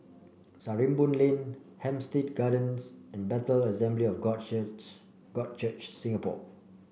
Sarimbun Lane Hampstead Gardens and Bethel Assembly of God Church God Church Singapore